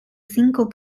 single